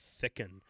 thicken